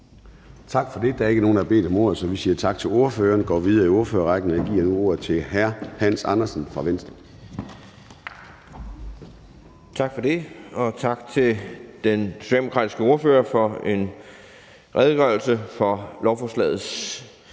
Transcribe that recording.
Gade): Der er ikke nogen, der har bedt om ordet, så vi siger tak til ordføreren. Vi går videre i ordførerrækken, og jeg giver nu ordet til hr. Hans Andersen fra Venstre. Kl. 14:20 (Ordfører) Hans Andersen (V): Tak for det, og tak til den socialdemokratiske ordfører for en redegørelse for lovforslagets